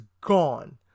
gone